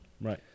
Right